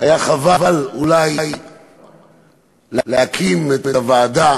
שהיה חבל אולי להקים את הוועדה